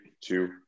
two